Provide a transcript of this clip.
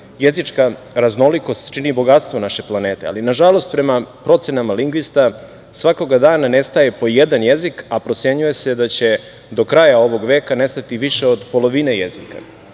jezička raznolikost čini bogatstvo naše planete, ali nažalost prema procenama lingvista svakoga dana nestaje po jedan jezik, a procenjuje se da će do kraja ovog veka nestati više od polovine jezika. Jedan